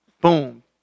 Boom